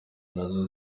nazo